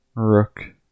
Rook